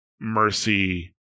mercy